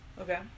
Okay